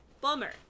Bummer